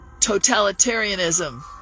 totalitarianism